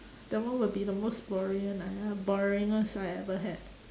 that one will be the most boring one ah boringest I ever had